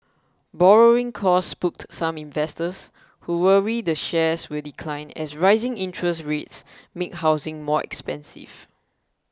borrowing costs spooked some investors who worry the shares will decline as rising interest rates make housing more expensive